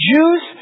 Jews